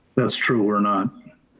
that's true or not,